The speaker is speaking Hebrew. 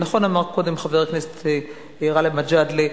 נכון אמר קודם חבר הכנסת גאלב מג'אדלה: